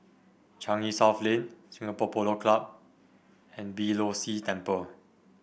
Changi South Lane Singapore Polo Club and Beeh Low See Temple